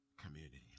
community